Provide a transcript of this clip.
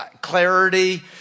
clarity